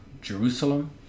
Jerusalem